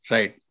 Right